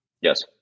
Yes